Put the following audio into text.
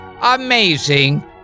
amazing